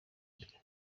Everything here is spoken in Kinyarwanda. mbere